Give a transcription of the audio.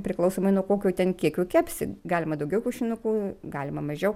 priklausomai nuo kokio ten kiekio kepsi galima daugiau kiaušinukų galima mažiau